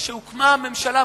כשהוקמה הממשלה,